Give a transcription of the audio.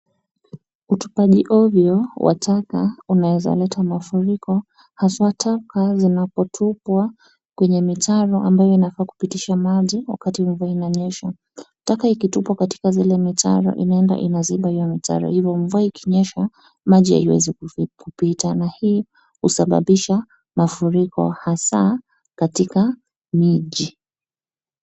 Utupaji ovyo wa taka unaweza leta mafuriko, haswa taka zinapotupwa kwenye mitaro ambayo inafaa kupitisha maji wakati mvua inanyesha. Taka ikitupwa katika zile mitaro inaenda inaziba hiyo mitaro hivyo mvua ikinyesha, maji haiwezi kupita na hii husababisha mafuriko hasa katika miji.